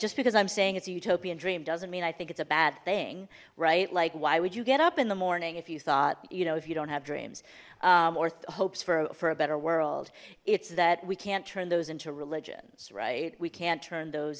just because i'm saying it's a utopian dream doesn't mean i think it's a bad thing right like why would you get up in the morning if you thought you know if you don't have dreams or hopes for a better world it's that we can't turn those into religions right we can't turn those